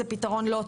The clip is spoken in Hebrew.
זה פתרון לא טוב.